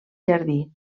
jardí